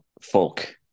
folk